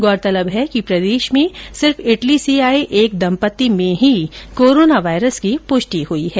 गौरतलब है कि प्रदेश में सिर्फ इटली से आये एक दम्पत्ति में ही कोरोना वायरस की पुष्टि हुई है